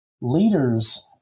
leaders